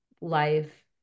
life